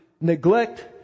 neglect